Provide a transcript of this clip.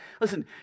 listen